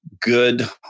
good